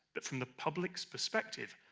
that from the public's perspective,